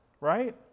right